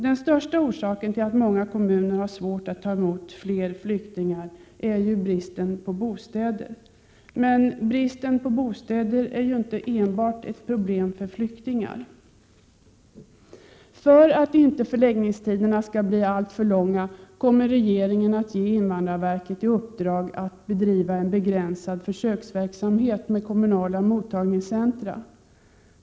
Den största orsaken till att många kommuner har svårt att ta emot fler flyktingar är bristen på bostäder. Bristen på bostäder är ju inte enbart ett problem för flyktingar. För att inte förläggningstiderna skall bli alltför långa kommer regeringen att ge invandrarverket i uppdrag att bedriva en begränsad försöksverksamhet med kommunala mottagningscentra.